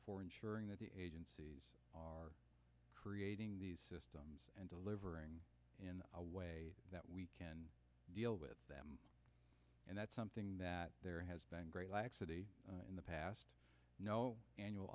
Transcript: for ensuring that the agencies are creating these systems and delivering in a way that we can deal with them and that's something that there has been great laxity in the past no annual